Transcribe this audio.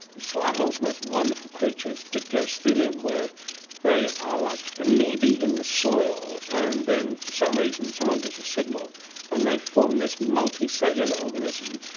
most most wonderful creatures, dictyostelium, where they are like amoebae in the soil, and then for some reason someone gives a signal and they form this multi-cellular organism,